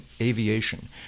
aviation